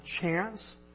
chance